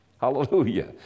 Hallelujah